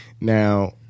Now